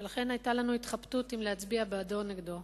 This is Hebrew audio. ולכן היתה לנו התחבטות אם להצביע בעדו או נגדו.